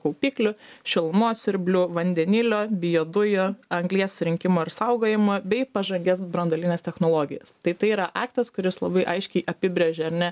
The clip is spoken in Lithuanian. kaupiklių šilumos siurblių vandenilio biodujų anglies surinkimo ir saugojimo bei pažangias branduolines technologijas tai tai yra aktas kuris labai aiškiai apibrėžia ar ne